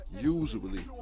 usually